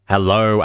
Hello